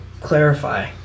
clarify